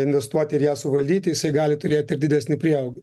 investuoti ir ją suvaldyti jisai gali turėti ir didesnį prieaugį